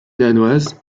danoise